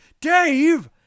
Dave